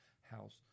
House